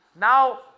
Now